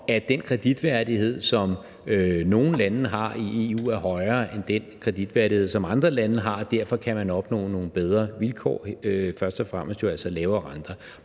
den kreditværdighed, som nogle lande har i EU, er højere end den kreditværdighed, som andre lande har. Derfor kan man opnå nogle bedre vilkår, først og fremmest jo altså lavere renter.